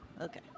okay